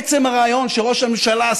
עצם הרעיון שראש הממשלה,